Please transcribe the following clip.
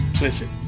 listen